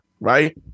right